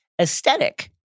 aesthetic